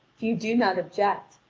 if you do not object,